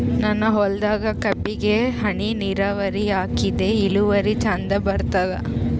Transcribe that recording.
ನನ್ನ ಹೊಲದಾಗ ಕಬ್ಬಿಗಿ ಹನಿ ನಿರಾವರಿಹಾಕಿದೆ ಇಳುವರಿ ಚಂದ ಬರತ್ತಾದ?